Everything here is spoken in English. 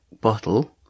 bottle